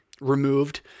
removed